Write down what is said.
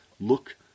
look